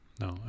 no